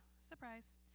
Surprise